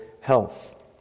health